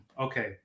Okay